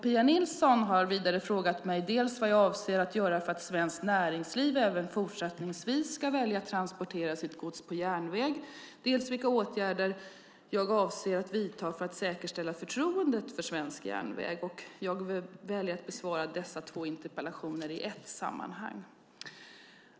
Pia Nilsson har vidare frågat mig dels vad jag avser att göra för att svenskt näringsliv även fortsättningsvis ska välja att transportera sitt gods på järnväg, dels vilka åtgärder jag avser att vidta för att säkerställa förtroendet för svensk järnväg. Jag väljer att besvara dessa två interpellationer i ett sammanhang.